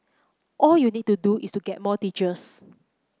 all you need to do is get more teachers